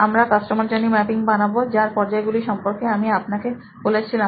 আমরা customer journey mapping বানাবো যার পর্যায়গুলি সম্পর্কে আমি আপনাকে বলেছিলাম